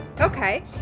Okay